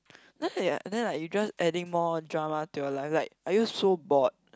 then like then like you just adding more drama to your life like are you so bored